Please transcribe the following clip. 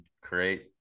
create